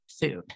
food